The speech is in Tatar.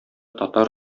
татар